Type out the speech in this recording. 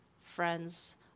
friends